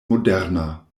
moderna